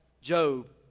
Job